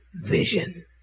vision